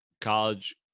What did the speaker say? college